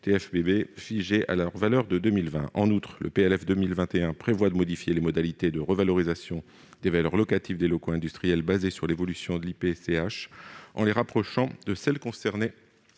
TFPB figés à leur valeur de 2020. En outre, le PLF pour 2021 prévoit de modifier les modalités de revalorisation des valeurs locatives des locaux industriels basée sur l'évolution de l'indice des prix à la consommation